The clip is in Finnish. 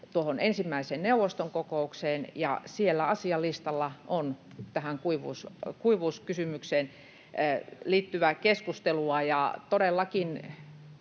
ensimmäiseen neuvoston kokoukseen, ja siellä asialistalla on tähän kuivuuskysymykseen liittyvää keskustelua. Ja todellakin,